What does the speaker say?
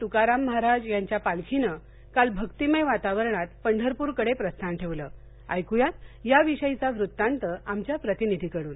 तुकाराम महाराज यांच्या पालखीने काल भक्तिमय वातावरणात पंढरपूरकडे प्रस्थान ठेवले ऐकुयात या विषयीचा वृत्तांत आमच्या प्रतिनिधींकडून